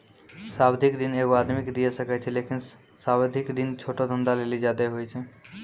सावधिक ऋण एगो आदमी के दिये सकै छै लेकिन सावधिक ऋण छोटो धंधा लेली ज्यादे होय छै